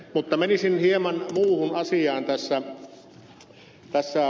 mutta menisin hieman muuhun asiaan tässä